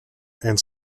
and